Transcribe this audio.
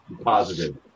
Positive